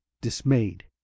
dismayed